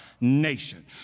nation